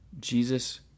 jesus